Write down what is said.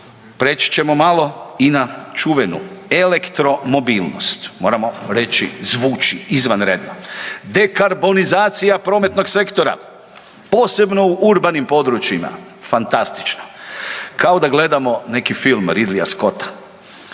preći ćemo malo i na čuvenu elektromobilnost, moramo reći zvuči izvanredno. Dekarbonizacija prometnog sektora, posebno u urbanim područjima, fantastično, kao da gledamo neki film Ridleya Scotta.